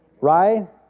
Right